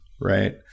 Right